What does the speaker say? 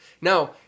Now